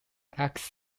axe